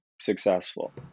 successful